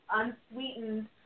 unsweetened